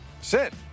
sit